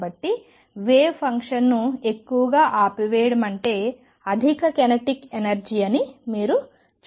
కాబట్టి వేవ్ ఫంక్షన్ను ఎక్కువగా ఆపివేయడం అంటే అధిక కైనెటిక్ ఎనర్జీ అని మీరు చూడవచ్చు